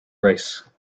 race